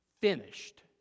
finished